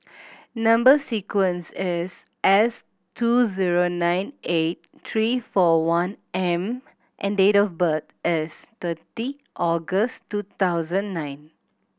number sequence is S two zero nine eight three four one M and date of birth is thirty August two thousand nine